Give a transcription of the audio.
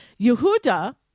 Yehuda